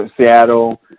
Seattle